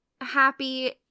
happy